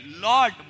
Lord